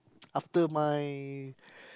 after my